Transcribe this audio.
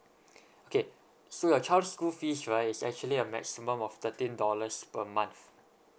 okay so your child's school fees right is actually a maximum of thirteen dollars per month